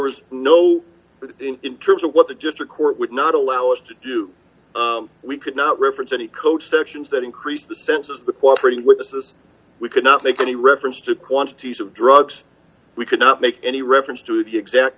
was no but in terms of what the district court would not allow us to do we could not reference any coat sections that increase the sense of the quantity witnesses we could not make any reference to the quantities of drugs we could not make any reference to the exact